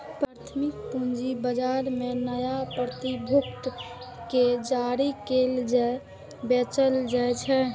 प्राथमिक पूंजी बाजार मे नया प्रतिभूति कें जारी कैल आ बेचल जाइ छै